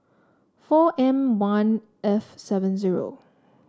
four M one F seven zero